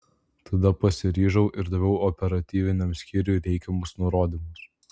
tada pasiryžau ir daviau operatyviniam skyriui reikiamus nurodymus